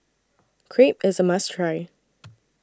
Crepe IS A must Try